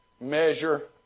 measure